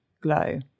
glow